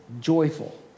joyful